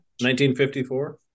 1954